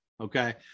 okay